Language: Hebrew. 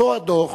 אותו דוח